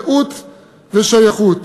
זהות ושייכות.